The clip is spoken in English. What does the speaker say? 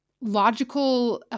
logical